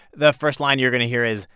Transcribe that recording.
the first line you're going to hear is,